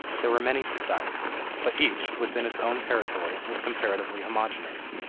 there were many societies, but each, within its own territory, was comparatively homogeneous.